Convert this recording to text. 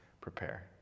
prepare